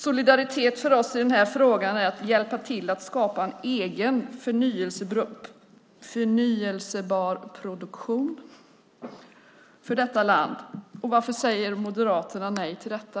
Solidaritet är för oss i den här frågan att hjälpa till att skapa en egen förnybar produktion för detta land. Varför säger Moderaterna nej till detta?